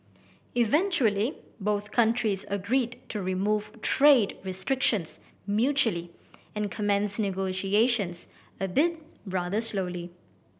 eventually both countries agreed to remove trade restrictions mutually and commence negotiations albeit rather slowly